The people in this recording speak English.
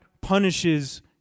punishes